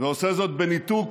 ועושה זאת בניתוק